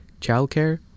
childcare